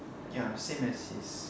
ya same as his